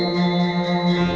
or